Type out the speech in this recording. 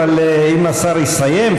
אבל אם השר יסיים,